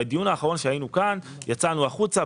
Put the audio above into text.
בדיון האחרון שהיינו כאן יצאנו החוצה,